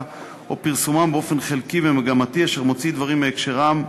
או פרסומם באופן חלקי ומגמתי אשר מוציא דברים מהקשרם,